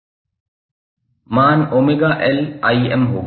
मान 𝜔𝐿 होगा